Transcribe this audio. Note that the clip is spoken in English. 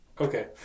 Okay